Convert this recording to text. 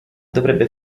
dovrebbe